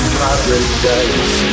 paradise